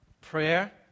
prayer